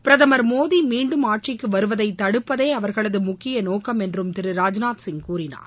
பிரதமர் மோடி மீண்டும் ஆட்சிக்கு வருவதை தடுப்பதே அவர்களது முக்கிய நோக்கம் என்றும் திரு ராஜ்நாத் சிங் கூறினார்